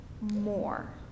more